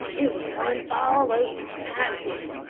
it was one fall, over on pike's hill.